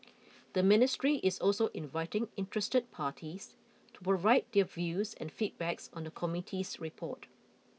the ministry is also inviting interested parties to provide their views and feedbacks on the committee's report